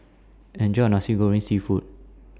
Enjoy your Nasi Goreng Seafood